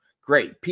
Great